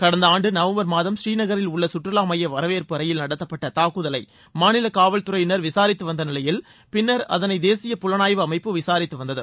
கடந்த ஆண்டு நவம்பர் மாதம் ஸ்ரீநகரில் உள்ள கற்றுலா மைய வரவேற்பு அறையில் நடத்தப்பட்ட துக்குதலை மாநில காவல் துறையினர் விசாரித்து வந்த நிலையில் பின்னர் அதனை தேசிய புலனாய்வு அமைப்பு விசாரித்து வந்தது